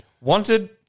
wanted